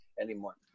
anymore